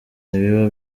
ntibiba